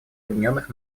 объединенных